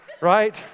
Right